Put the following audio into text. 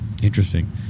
Interesting